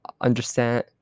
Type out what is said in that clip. understand